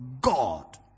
God